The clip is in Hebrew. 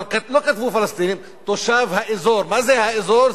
אבל לא כתבו "פלסטינים"; "תושב האזור" מה זה "האזור"?